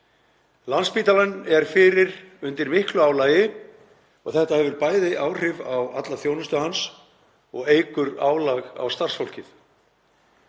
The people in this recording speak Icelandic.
Landspítalinn er fyrir undir miklu álagi og þetta hefur bæði áhrif á alla þjónustu hans og eykur álag á starfsfólkið.